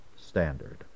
standard